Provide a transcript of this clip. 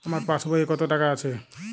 আমার পাসবই এ কত টাকা আছে?